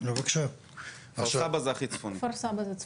בנושא פגיעה משמעותית בבריאות הלב של תושבי